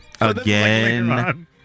Again